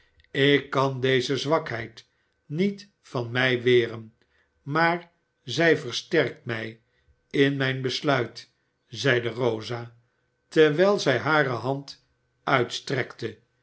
ik kan deze zwakheid niet van mij weren maar zij versterkt mij in mijn besluit zeide rosa terwijl zij hare hand uitstrekte